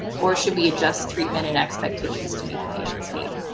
or should we adjust treatment and expectations to meet the patient's need